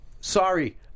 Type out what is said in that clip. Sorry